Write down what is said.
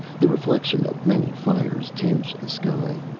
the reflection of many fires tinged the sky.